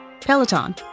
Peloton